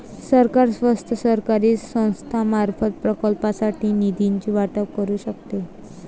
सरकार स्वतः, सरकारी संस्थांमार्फत, प्रकल्पांसाठी निधीचे वाटप करू शकते